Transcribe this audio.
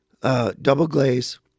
double-glaze